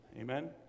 Amen